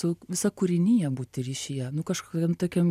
su visa kūrinija būti ryšyje nu kažkokiam tokiam